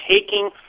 taking